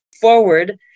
forward